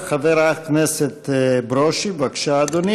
חבר הכנסת ברושי, בבקשה, אדוני.